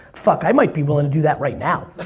fuck, i might be willing to do that right now.